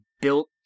built